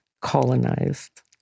colonized